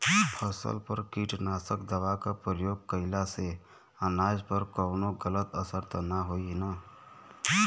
फसल पर कीटनाशक दवा क प्रयोग कइला से अनाज पर कवनो गलत असर त ना होई न?